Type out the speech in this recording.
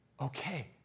Okay